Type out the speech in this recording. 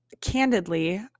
candidly